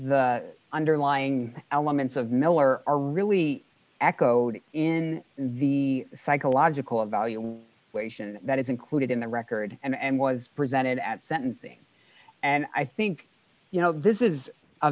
the underlying elements of miller are really echoed in the psychological value way ssion that is included in the record and was presented at sentencing and i think you know this is a